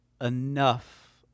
enough